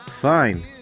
Fine